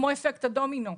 אפקט דומינו,